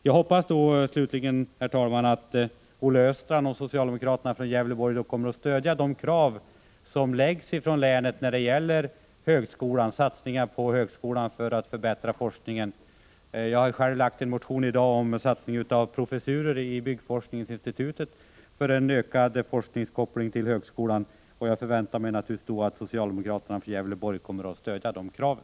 Jag hoppas slutligen, herr talman, att Olle Östrand och socialdemokraterna från Gävleborg kommer att stödja de krav som ställs från länet när det gäller satsningar på högskolan för att förbättra forskningen. Jag har själv i dag lagt fram en motion om satsning på professurer i byggforskningsinstitutet för en ökad forskningskoppling till högskolan, och jag väntar mig naturligtvis att socialdemokraterna från Gävleborg kommer att stödja de kraven.